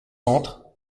centres